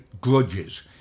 grudges